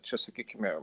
čia sakykime